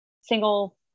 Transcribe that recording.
single